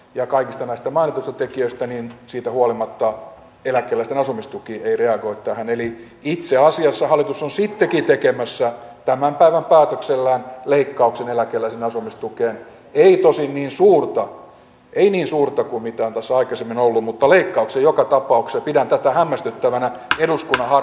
ja kaikista näistä mainituista tekijöistä niin siitä huolimatta eläkeläisten asumistuki ei reagoi tähän väliin itse asiassa hallitus on sittenkin tekemässä tämän päivän päätöksellään leikkauksen eläkeläisten asumistukeen ei tosin niin suurta ei niin suurta kuin mitä osaa kysyä onko mutta liikaa se joka tapaukse pitää tätä hämmästyttävänä eduskunnan